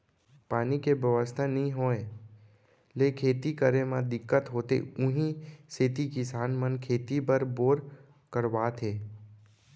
पानी के बेवस्था नइ होय ले खेती करे म दिक्कत होथे उही सेती किसान मन खेती बर बोर करवात हे